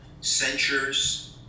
censures